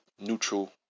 neutral